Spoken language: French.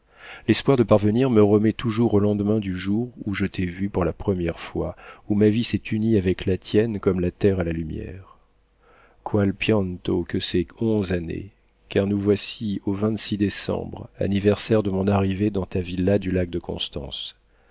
l'espoir de parvenir me remet toujours au lendemain du jour où je t'ai vue pour la première fois où ma vie s'est unie avec la tienne comme la terre à la lumière qual pianto que ces onze années car nous voici au vingt-six décembre anniversaire de mon arrivée dans ta villa du lac de constance